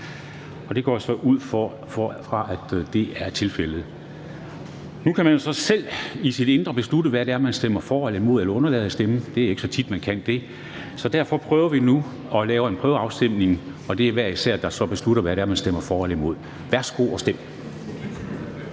Det går jeg så ud fra er tilfældet. Nu kan man jo så selv i sit indre beslutte, hvad det er, man stemmer for eller imod eller undlader at stemme til – det er ikke så tit, man kan det – så derfor prøver vi nu at lave en prøveafstemning, og det er hver enkelt, der så beslutter, hvad det er, man stemmer for eller imod. Værsgo at stemme.